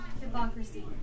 hypocrisy